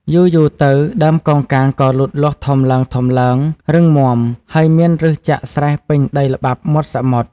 យូរៗទៅ ដើមកោងកាងក៏លូតលាស់ធំឡើងៗ រឹងមាំ ហើយមានប្ញសចាក់ស្រេះពេញដីល្បាប់មាត់សមុទ្រ។